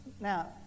Now